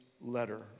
letter